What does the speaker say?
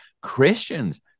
Christians